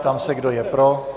Ptám se, kdo je pro.